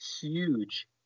huge